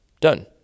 Done